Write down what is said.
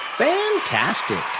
fantastic!